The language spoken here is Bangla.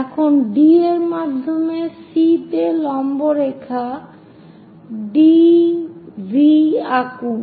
এখন D এর মাধ্যমে C তে লম্ব রেখা D V আঁকুন